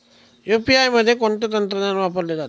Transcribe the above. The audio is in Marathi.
यू.पी.आय मध्ये कोणते तंत्रज्ञान वापरले जाते?